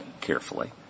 carefully